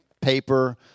paper